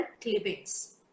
clippings